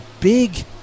big